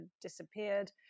disappeared